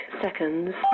seconds